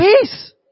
peace